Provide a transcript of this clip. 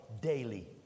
daily